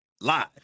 live